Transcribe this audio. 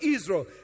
Israel